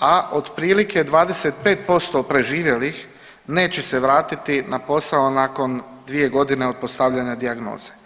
a otprilike 25% preživjelih neće se vratiti na posao nakon 2 godine od postavljanja dijagnoze.